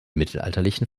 mittelalterlichen